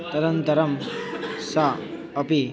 तदन्तरं सा अपि